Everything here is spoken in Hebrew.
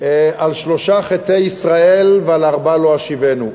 על שלושה חטאי ישראל ועל ארבעה לא אשיבנו.